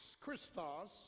Christos